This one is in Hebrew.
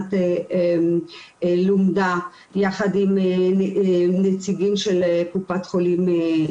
הן אסטרטגיות שעובדות על הנושא של המצוקות הנפשיות וההתמכרויות ביחד,